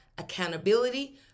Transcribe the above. accountability